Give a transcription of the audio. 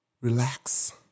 relax